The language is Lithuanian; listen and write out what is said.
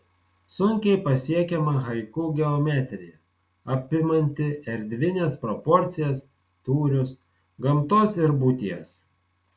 sunkiai pasiekiama haiku geometrija apimanti erdvines proporcijas tūrius gamtos ir būties